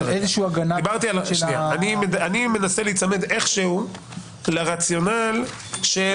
אני מנסה להיצמד איכשהו לרציונל של